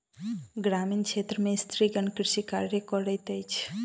ग्रामीण क्षेत्र में स्त्रीगण कृषि कार्य करैत अछि